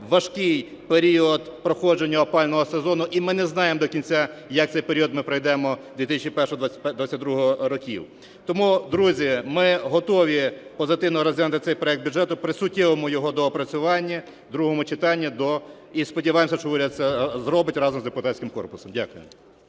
важкий період проходження опалювального сезону, і ми не знаємо до кінця, як цей період ми пройдемо 2021-2022 років. Тому, друзі, ми готові позитивно розглянути цей проект бюджету при суттєвому його доопрацюванні в другому читанні, і сподіваємося, що уряд це зробить разом з депутатським корпусом. Дякую.